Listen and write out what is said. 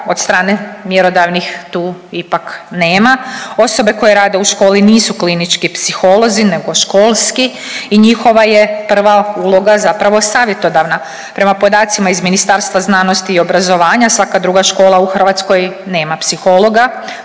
od strane mjerodavnih tu ipak nema. Osobe koje rade u školi nisu klinički psiholozi nego školski i njihova je prva uloga zapravo savjetodavna. Prema podacima iz Ministarstva znanosti i obrazovanja svaka druga škola u Hrvatskoj nema psihologa